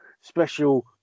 special